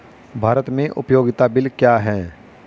भारत में उपयोगिता बिल क्या हैं?